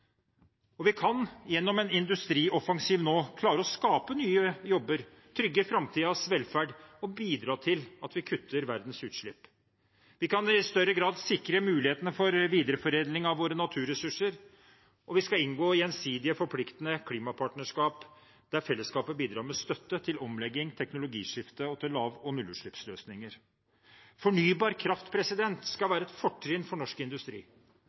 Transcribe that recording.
Vi kan gjennom en industrioffensiv nå klare å skape nye jobber, trygge framtidens velferd og bidra til at vi kutter verdens utslipp. Vi kan i større grad sikre mulighetene for videreforedling av våre naturressurser, og vi skal inngå gjensidig forpliktende klimapartnerskap, der fellesskapet bidrar med støtte til omlegging og teknologiskifte til lav- og nullutslippsløsninger. Fornybar kraft skal være et fortrinn for norsk industri.